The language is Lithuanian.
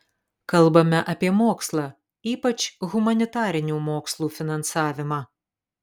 kalbame apie mokslą ypač humanitarinių mokslų finansavimą